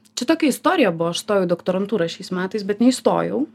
čia tokia istorija buvo aš stojau į doktorantūrą šiais metais bet neįstojau